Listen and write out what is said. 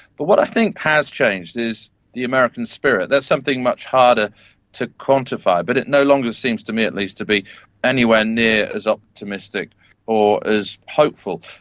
but what i think has changed is the american spirit, that's something much harder to quantify, but it no longer seems, to me at least, to be anywhere near as optimistic or as hopeful.